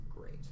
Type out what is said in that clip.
great